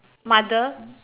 mother